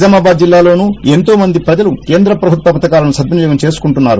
నిజామాబాద్ జిల్లాలోను ఎంతోమంది ప్రజలు కేంద్ర ప్రభుత్వ పథకాలను సద్వినియోగం చేసుకుంటున్నారు